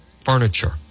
Furniture